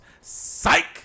psych